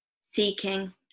seeking